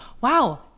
wow